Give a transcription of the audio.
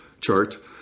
chart